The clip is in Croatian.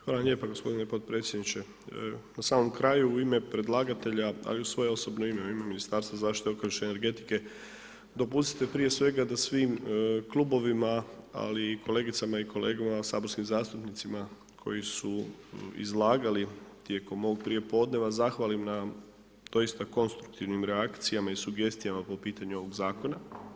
Hvala lijepa gospodine podpredsjedniče, na samom kraju u ime predlagatelja a i u svoje osobno ime u ime Ministarstva zaštite okoliša i energetike, dopustite prije svega da svim klubovima ali i kolegicama i kolegama saborskim zastupnicima koji su izlagali tijekom ovog prijepodneva zahvalim na doista konstruktivnim reakcijama i sugestijama po pitanju ovog zakona.